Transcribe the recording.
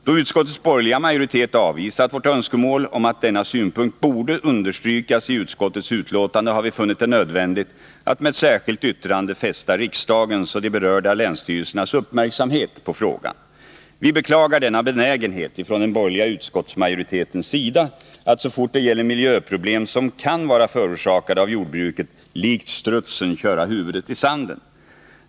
Då utskottets borgerliga majoritet avvisat vårt önskemål om att denna synpunkt borde understrykas i utskottets betänkande, har vi funnit det nödvändigt att med ett särskilt yttrande fästa riksdagens och de berörda länsstyrelsernas uppmärksamhet på frågan. Vi beklagar denna benägenhet från den borgerliga utskottsmajoritetens sida att så fort det gäller miljöproblem som kan vara förorsakade av jordbruket likt strutsen köra huvudet i sanden.